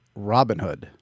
Robinhood